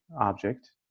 object